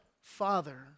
father